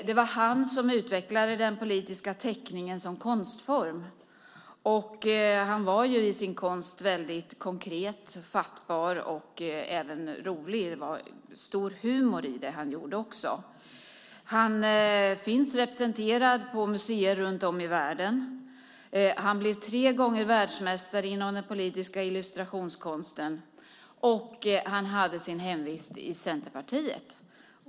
Det var han som utvecklade den politiska teckningen som konstform, och han var i sin konst väldigt konkret, fattbar och även rolig. Det var stor humor i det han gjorde också. Han finns representerad på museer runt om i världen, han blev tre gånger världsmästare inom den politiska illustrationskonsten, och han hade sin hemvist i Centerpartiet.